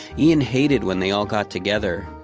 ian hated when they all got together.